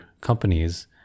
companies